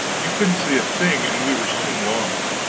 you couldn't see a thing, and we were soon lost.